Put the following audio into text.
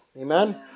Amen